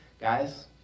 guys